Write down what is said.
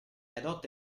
adotta